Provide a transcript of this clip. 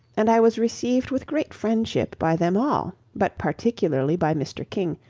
and i was received with great friendship by them all, but particularly by mr. king,